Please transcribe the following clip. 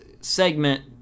segment